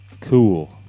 Cool